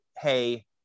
hey